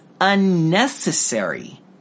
unnecessary